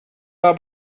war